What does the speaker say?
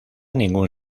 ningún